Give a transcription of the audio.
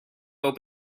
will